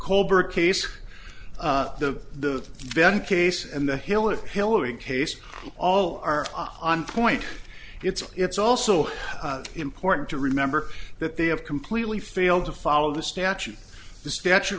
kohlberg case the then case and the hill if hillary case all are on point it's it's also important to remember that they have completely failed to follow the statute the statu